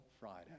Friday